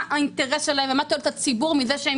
מה האינטרס שלהם ומה תועלת הציבור מזה שהם